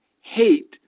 hate